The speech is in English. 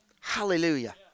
Hallelujah